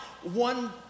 one